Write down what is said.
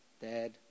Dad